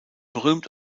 berühmt